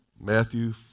Matthew